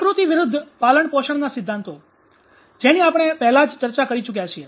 પ્રકૃતિ વિરુદ્ધ પાલનપોષણના સિદ્ધાંતો જેની આપણે પહેલા જ ચર્ચા કરી ચૂક્યા છીએ